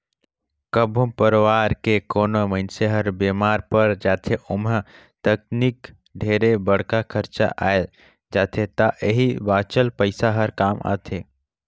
कभो परवार के कोनो मइनसे हर बेमार पर जाथे ओम्हे तनिक ढेरे बड़खा खरचा आये जाथे त एही बचाल पइसा हर काम आथे